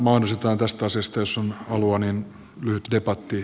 mahdollistetaan tästä asiasta jos on halua lyhyt debatti